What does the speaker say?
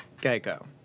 Geico